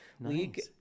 league